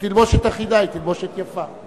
שתלבושת אחידה היא תלבושת יפה.